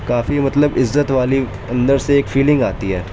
کافی مطلب عزت والی اندر سے ایک فیلنگ آتی ہے